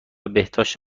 بهداشت